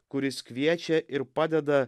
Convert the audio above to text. kuris kviečia ir padeda